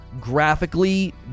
graphically